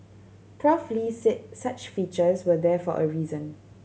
Prof Lee said such features were there for a reason